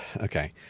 Okay